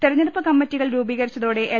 തിരഞ്ഞെടുപ്പ് കമ്മിറ്റികൾ രൂപീകരിച്ചതോടെ എൽ